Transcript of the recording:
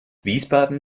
wiesbaden